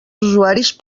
usuaris